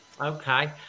Okay